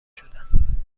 شدم